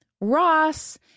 Ross